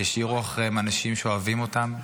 שהשאירו אחריהם אנשים שאוהבים אותם,